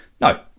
No